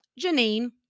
Janine